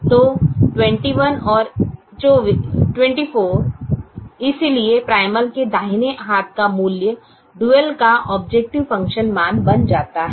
तो 21 और 24 21 और 24 इसलिए प्राइमल के दाहिने हाथ का मूल्य डुअल का ऑबजेकटिव फ़ंक्शन मान बन जाता है